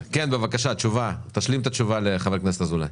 בבקשה, תשלים את התשובה לחבר הכנסת אזולאי.